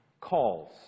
calls